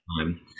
time